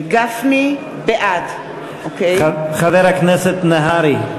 גפני, בעד חבר הכנסת נהרי?